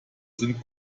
sind